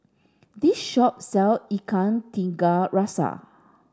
this shop sell Ikan Tiga Rasa